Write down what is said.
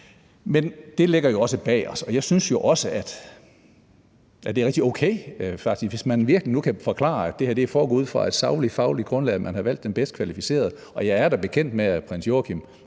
Men det ligger jo også bag os, og jeg synes jo også, det er helt okay, hvis man virkelig kan forklare, at det her er foregået ud fra et sagligt og fagligt grundlag, og at man har valgt den bedst kvalificerede. Og jeg er da bekendt med, at prins Joachim